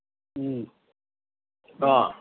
অঁ